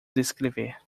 descrever